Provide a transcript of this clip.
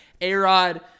A-Rod